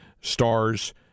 Stars